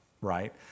right